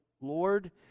Lord